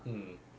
mm